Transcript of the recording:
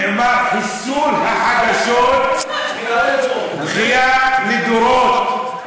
נאמר: חיסול החדשות, בכייה לדורות.